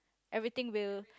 everything will